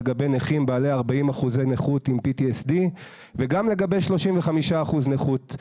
לגבי נכים בעלי 40% נכות עם PTSD וגם לגבי 35% נכות,